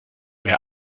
wer